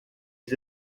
his